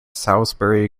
salisbury